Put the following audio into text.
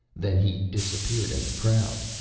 then he disappeared in the crowd.